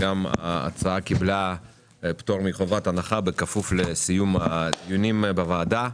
ההצעה קיבלה פטור מחובת הנחה בכפוף לסיום הדיונים בוועדה.